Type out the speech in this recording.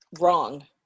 wrong